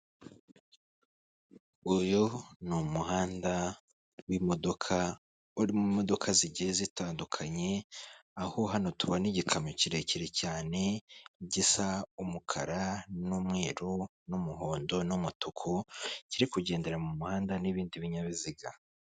Uyu ni umuhanda w'imodoka urimo imodoka zigiye zitandukanye, aho hano tubona igikamyo kirekire cyane gisa umukara n'umweru n'umuhondo n'umutuku, kiri kugendera mu muhanda n'ibindi binyabiziga.